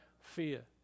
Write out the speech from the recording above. fear